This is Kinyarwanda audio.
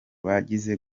bagize